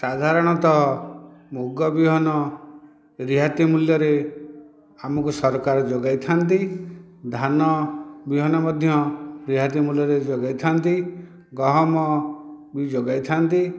ସାଧାରଣତଃ ମୁଗ ବିହନ ରିହାତି ମୂଲ୍ୟରେ ଆମକୁ ସରକାର ଯୋଗାଇଥାନ୍ତି ଧାନ ବିହନ ମଧ୍ୟ ରିହାତି ମୂଲ୍ୟରେ ଯୋଗେଇଥାନ୍ତି ଗହମ ଯୋଗାଇଥାନ୍ତି